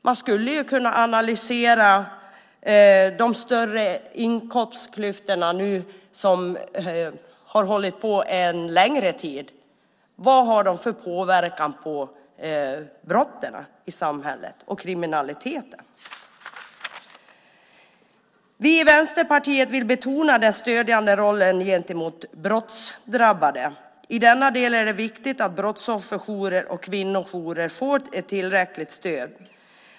Man skulle kunna analysera de större inkomstklyftorna som har funnits under en längre tid och vilken påverkan de har haft på brotten i samhället och kriminaliteten. Vi i Vänsterpartiet vill betona den stödjande rollen gentemot brottsdrabbade. I denna del är det viktigt att brottsofferjourer och kvinnojourer får ett tillräckligt stöd.